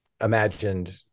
imagined